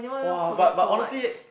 !wah! but but honestly